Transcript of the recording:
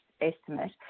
estimate